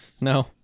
No